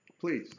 Please